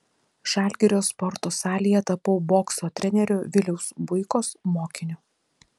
žalgirio sporto salėje tapau bokso trenerio viliaus buikos mokiniu